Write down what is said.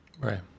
Right